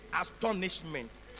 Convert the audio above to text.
astonishment